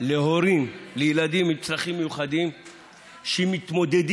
להורים לילדים עם צרכים מיוחדים שמתמודדים